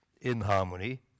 inharmony